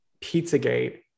Pizzagate